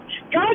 God